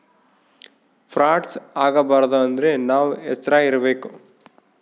frauds ಆಗಬಾರದು ಅಂದ್ರೆ ನಾವ್ ಎಚ್ರ ಇರ್ಬೇಕು